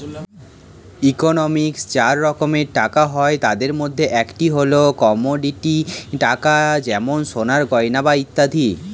ইকোনমিক্সে চার রকম টাকা হয়, তাদের মধ্যে একটি হল কমোডিটি টাকা যেমন সোনার গয়না বা ইত্যাদি